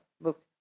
book